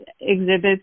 exhibits